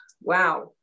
wow